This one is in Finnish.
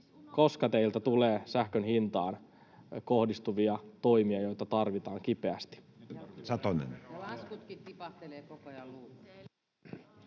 Koska teiltä tulee sähkön hintaan kohdistuvia toimia, joita tarvitaan kipeästi?